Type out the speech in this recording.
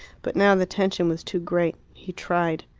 but now the tension was too great he tried.